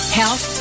health